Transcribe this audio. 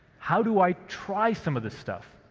how do i try some of this stuff?